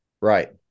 Right